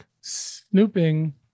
Snooping